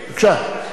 בבקשה,